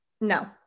no